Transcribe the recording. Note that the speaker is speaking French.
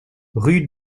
rue